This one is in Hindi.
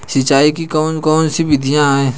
सिंचाई की कौन कौन सी विधियां हैं?